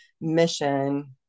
mission